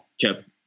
kept